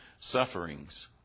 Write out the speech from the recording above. sufferings